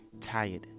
tired